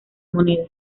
moneda